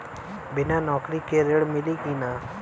बिना नौकरी के ऋण मिली कि ना?